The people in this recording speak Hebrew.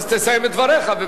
אז תסיים את דבריך,